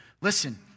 Listen